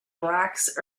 bracts